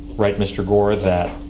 right, mr. gore? that